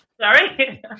Sorry